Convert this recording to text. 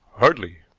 hardly!